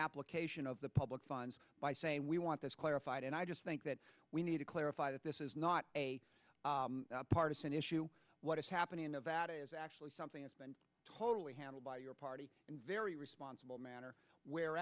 application of the public by saying we want this clarified and i just think that we need to clarify that this is not a partisan issue what is happening in nevada is actually something that's been totally handled by your party in very responsible manner where